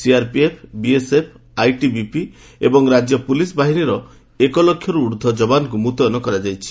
CRPF BSF ITBP ଏବଂ ରାଜ୍ୟ police ବାହିନୀର ଏକଲକ୍ଷରୁ ଊର୍ଦ୍ଧ୍ୱ ଯବାନଙ୍କୁ ମୁତୟନ କରାଯାଇଛି